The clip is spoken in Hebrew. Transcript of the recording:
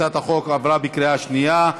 הצעת החוק עברה בקריאה שנייה.